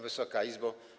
Wysoka Izbo!